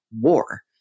war